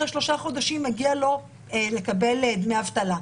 אחרי שלושה חודשים מגיע לו לקבל דמי אבטלה.